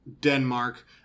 Denmark